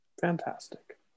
Fantastic